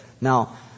Now